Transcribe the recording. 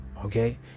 Okay